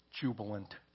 jubilant